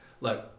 Look